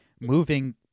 moving